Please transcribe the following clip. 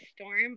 storm